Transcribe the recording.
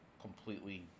completely